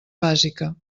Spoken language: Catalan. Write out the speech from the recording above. bàsica